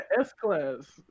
S-class